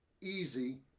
easy